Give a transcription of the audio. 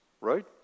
right